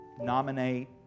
nominate